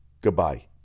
Goodbye